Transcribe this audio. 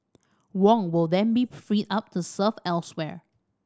Wong will then be freed up to serve elsewhere